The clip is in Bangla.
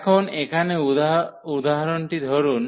এখন এখানে উদাহরণটি ধরুন